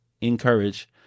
encourage